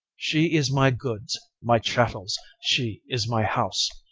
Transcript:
she is my goods, my chattels she is my house,